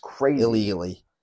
illegally